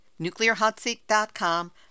nuclearhotseat.com